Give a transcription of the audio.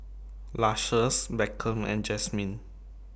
Lucious Beckham and Jasmin